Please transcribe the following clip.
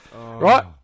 Right